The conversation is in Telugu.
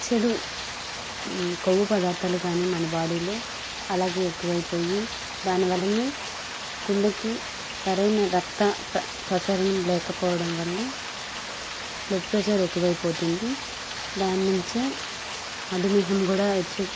చెడు క్రొవ్వు పదార్థాలు కానీ మన బాడీలో అలాగే ఎక్కువైపోయి దానివల్లనే గుండెకి సరైన రక్త ప్ర ప్రసరణ లేకపోవడం వల్ల బ్లడ్ ప్రెషర్ ఎక్కువైపోతుంది దాని నుండే మధుమేహం కూడా వచ్చే